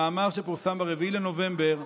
מאמר שפורסם ב-4 בנובמבר,